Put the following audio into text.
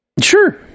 sure